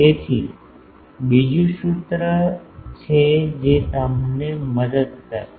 તેથી બીજું સૂત્ર છે જે તમને મદદ કરશે